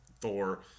Thor